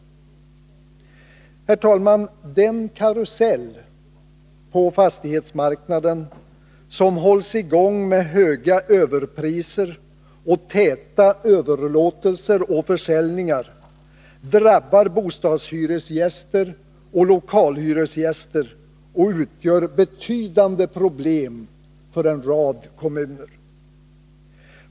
Fru talman! Den karusell på fastighetsmarknaden som hålls i gång med höga överpriser och täta överlåtelser och försäljningar drabbar bostadshyresgäster och lokalhyresgäster och utgör betydande problem för en rad kommuner.